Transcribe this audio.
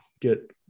get